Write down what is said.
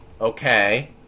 okay